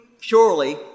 purely